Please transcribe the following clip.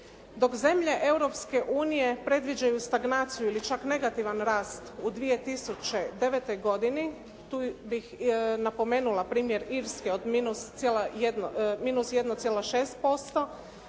unije predviđaju stagnaciju ili čak negativan rast u 2009. godini tu bih napomenula primjer Irske od -1,6%